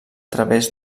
través